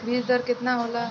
बीज दर केतना होला?